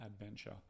adventure